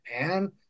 man